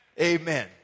Amen